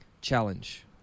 challenge